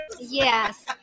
Yes